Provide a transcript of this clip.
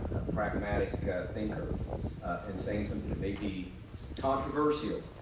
pragmatic thinker and saying something that may be controversial,